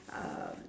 um